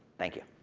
thank you.